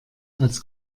als